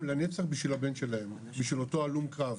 לנצח בשביל הבן שלהם בשביל אותו הלום קרב,